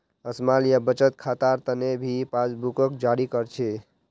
small या बचत खातार तने भी पासबुकक जारी कर छे